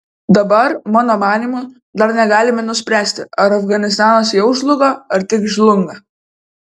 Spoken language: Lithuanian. dabar mano manymu dar negalime nuspręsti ar afganistanas jau žlugo ar tik žlunga